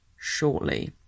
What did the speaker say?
shortly